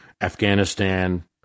Afghanistan